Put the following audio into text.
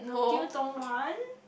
do you don't want